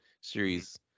series